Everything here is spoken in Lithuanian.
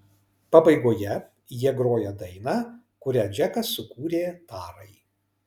pabaigoje jie groja dainą kurią džekas sukūrė tarai